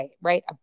right